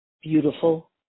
beautiful